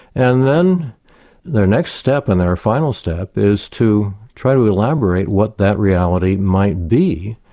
and then their next step and their final step is to try to elaborate what that reality might be,